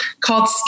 called